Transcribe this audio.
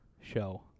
Show